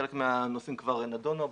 חלק מהנושאים כבר נדונו הבוקר.